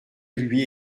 lui